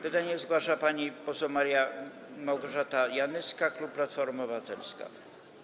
Pytanie zgłasza pani poseł Maria Małgorzata Janyska, klub Platforma Obywatelska.